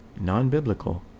non-biblical